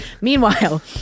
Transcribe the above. Meanwhile